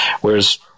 Whereas